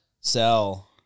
sell